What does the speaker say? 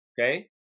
Okay